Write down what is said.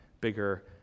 bigger